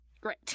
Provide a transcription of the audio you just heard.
Great